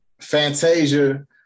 Fantasia